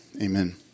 amen